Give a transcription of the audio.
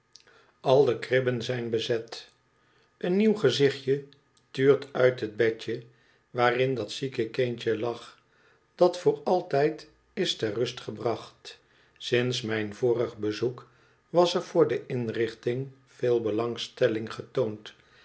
al de kribben zijn bezet een nieuw gezichtje tuurt uit het bedje waarin dat zieke kindje lag dat voor altijd is ter rust gebracht sinds mijn vorig bezoek was er voor de inrichting veel belangstelling getoond